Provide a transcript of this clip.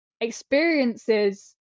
experiences